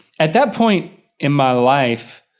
at that point in my life